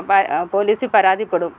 പോലീസിൽ പരാതിപ്പെടും